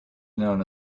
known